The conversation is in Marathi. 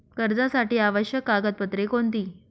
कर्जासाठी आवश्यक कागदपत्रे कोणती?